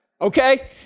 okay